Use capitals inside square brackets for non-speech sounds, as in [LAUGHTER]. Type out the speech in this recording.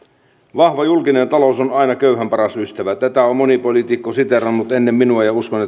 vahva julkinen talous on aina köyhän paras ystävä tätä on moni poliitikko siteerannut ennen minua ja uskon [UNINTELLIGIBLE]